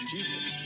Jesus